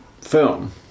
film